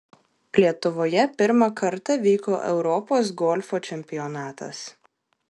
lietuvoje pirmą kartą vyko europos golfo čempionatas